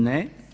Ne.